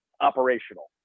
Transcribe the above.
operational